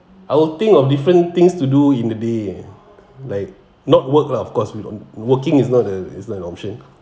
I will think of different things to do in the day like not work lah of course we don't working is not a is not an option